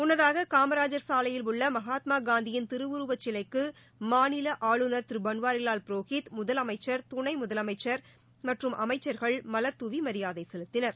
முன்னதாக காமராஜர் சாலையில் உள்ள மகாத்மா காந்தியின் திருவுருவச்சிலைக்கு மாநில ஆளுநர் திரு பன்வாரிவால் புரோஹித் முதலமைச்சா் மற்றும் அமைச்சா்கள் மவ்தூவி மரியாதை செலுத்தினர்